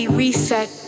reset